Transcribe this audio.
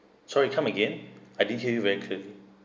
sorry come again I didn't hear you record